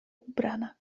ubrana